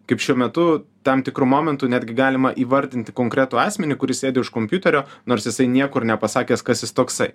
kaip šiuo metu tam tikru momentu netgi galima įvardinti konkretų asmenį kuris sėdi už kompiuterio nors jisai niekur nepasakęs kas jis toksai